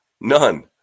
None